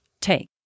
take